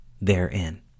therein